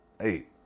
hey